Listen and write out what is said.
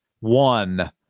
One